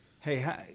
Hey